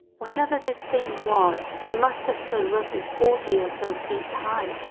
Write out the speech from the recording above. whatever this thing was, it must've stood roughly forty or so feet high,